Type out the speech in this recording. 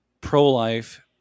pro-life